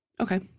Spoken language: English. okay